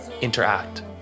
interact